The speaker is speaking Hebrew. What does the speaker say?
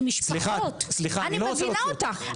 זה משפחות --- אני אומרת,